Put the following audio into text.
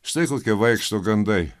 štai kokie vaikšto gandai